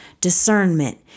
discernment